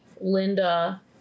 Linda